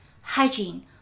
hygiene